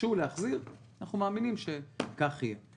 וביקשו להחזיר, אנחנו מאמינים שכך יהיה.